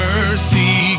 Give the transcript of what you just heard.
Mercy